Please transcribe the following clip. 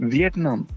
Vietnam